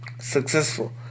successful